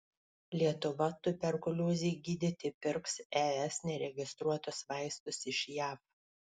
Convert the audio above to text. lietuva tuberkuliozei gydyti pirks es neregistruotus vaistus iš jav